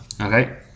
Okay